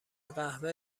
قهوه